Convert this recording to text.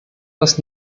das